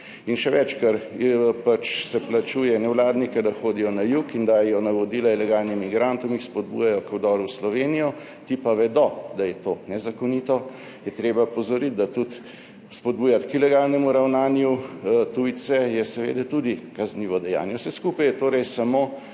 In še več, ker se pač plačuje nevladnike, da hodijo na jug in dajejo navodila ilegalnim migrantom, jih spodbujajo k vdoru v Slovenijo, ti pa vedo, da je to nezakonito, je treba opozoriti, da je tudi spodbujati tujce k legalnemu ravnanju seveda tudi kaznivo dejanje. Vse skupaj je torej samo